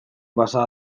pasa